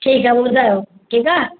ठीकु आहे पोइ ॿुधायो ठीकु आहे